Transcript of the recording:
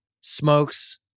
smokes